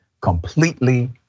completely